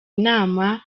inama